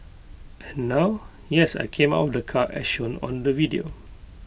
and now yes I came out of the car as shown on the video